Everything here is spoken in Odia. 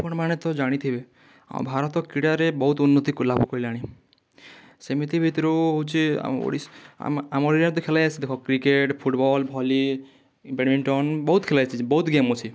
ଆପଣମାନେ ତ ଜାଣିଥିବେ ଆମ ଭାରତ କ୍ରୀଡ଼ାରେ ବହୁତ ଉନ୍ନତି କଲାଣି ସେମିତି ଭିତରୁ ହେଉଛି ଆମ ଓଡ଼ିଶା ଆମ ଆମର ଦେଖିଲେ ସେ ଦେଖ କ୍ରିକେଟ୍ ଫୁଟବଲ୍ ଭଲି ବ୍ୟାଡ଼ମିଣ୍ଟନ୍ ବହୁତ ଖେଳ ଅଛି ବହୁତ ଗେମ୍ ଅଛି